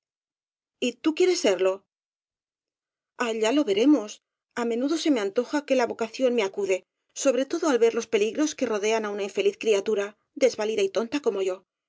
tú quieres serlo a llá lo veremos á menudo se me antoja que la vocación me acude sobre todo al ver los peli gros que rodean á una infeliz criatura desvalida y tonta como yo